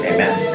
Amen